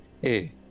hey